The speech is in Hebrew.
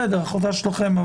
בסדר, החלטה שלכם.